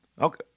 Okay